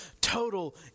total